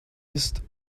ist